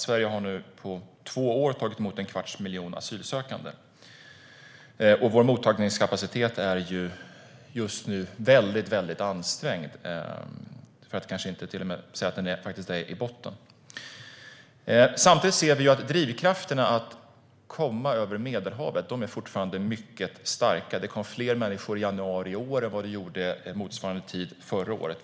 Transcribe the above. Sverige har nu på två år tagit emot en kvarts miljon asylsökande. Vår mottagningskapacitet är just nu väldigt ansträngd, för att inte till och med säga att den är i botten. Samtidigt ser vi att drivkrafterna att komma över Medelhavet fortfarande är mycket starka. Det kom fler människor i januari i år än vad det gjorde motsvarande tid förra året.